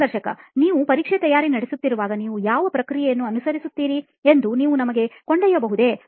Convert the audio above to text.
ಸಂದರ್ಶಕನೀವು ಪರೀಕ್ಷೆಗೆ ತಯಾರಿ ನಡೆಸುತ್ತಿರುವಾಗ ನೀವು ಯಾವ ಪ್ರಕ್ರಿಯೆಯನ್ನು ಅನುಸರಿಸುತ್ತೀರಿ ಎಂದು ನೀವು ನಮ್ಮನ್ನು ಕರೆದೊಯ್ಯಬಹುದೇ